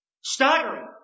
Staggering